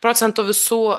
procentų visų